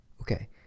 Okay